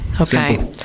Okay